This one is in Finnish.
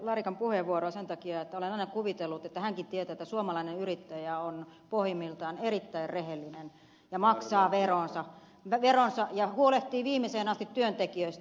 larikan puheenvuoroa sen takia että olen aina kuvitellut että hänkin tietää että suomalainen yrittäjä on pohjimmiltaan erittäin rehellinen ja maksaa veronsa ja huolehtii viimeiseen asti työntekijöistä